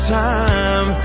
time